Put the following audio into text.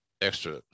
extra